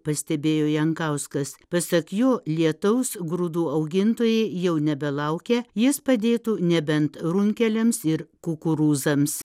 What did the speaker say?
pastebėjo jankauskas pasak jo lietaus grūdų augintojai jau nebelaukia jis padėtų nebent runkeliams ir kukurūzams